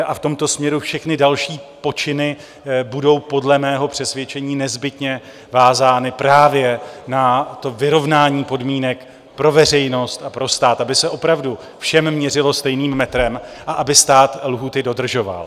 V tomto směru všechny další počiny budou podle mého přesvědčení nezbytně vázány právě na vyrovnání podmínek pro veřejnost a pro stát, aby se opravdu všem měřilo stejným metrem a aby stát lhůty dodržoval.